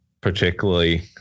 particularly